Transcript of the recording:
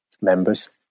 members